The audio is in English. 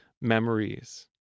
memories